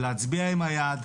ולהצביע עם היד.